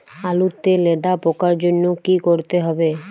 আলুতে লেদা পোকার জন্য কি করতে হবে?